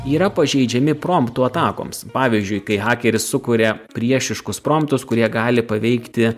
yra pažeidžiami promptų atakoms pavyzdžiui kai hakeris sukuria priešiškus promptus kurie gali paveikti